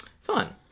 fun